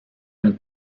une